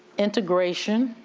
integration,